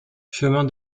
chemin